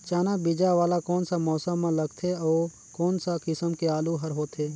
चाना बीजा वाला कोन सा मौसम म लगथे अउ कोन सा किसम के आलू हर होथे?